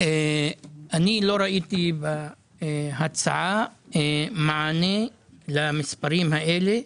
לא ראיתי בהצעה כאן מענה למספרים האלה,